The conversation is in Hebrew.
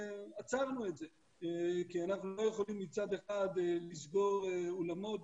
עצרנו את זה כי אנחנו לא יכולים מצד אחד לסגור אולמות,